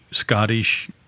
Scottish